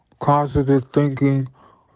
positive thinking.